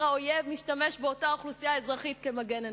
האויב משתמש באותה אוכלוסייה אזרחית כמגן אנושי.